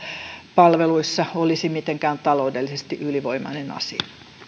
palveluissa olisi mitenkään taloudellisesti ylivoimainen asia